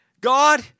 God